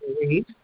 read